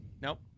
Nope